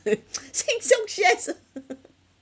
sheng siong shares ah